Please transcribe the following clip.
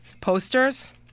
Posters